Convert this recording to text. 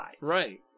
Right